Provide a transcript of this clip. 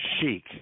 chic